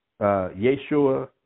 Yeshua